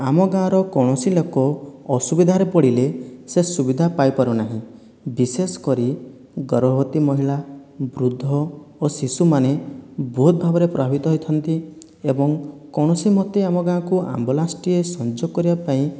ଆମ ଗାଁର କୌଣସି ଲୋକ ଅସୁବିଧାରେ ପଡ଼ିଲେ ସେ ସୁବିଧା ପାଇପାରୁନାହିଁ ବିଶେଷ କରି ଗର୍ଭବତୀ ମହିଳା ବୃଦ୍ଧ ଓ ଶିଶୁମାନେ ବହୁତ ଭାବରେ ପ୍ରଭାବିତ ହୋଇଥାନ୍ତି ଏବଂ କୌଣସିମତେ ଆମ ଗାଁକୁ ଆମ୍ବୁଲାନ୍ସଟିଏ ସଂଯୋଗ କରିବା ପାଇଁ